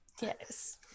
yes